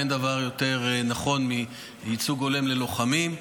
אין דבר יותר נכון מייצוג הולם ללוחמים,